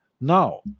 Now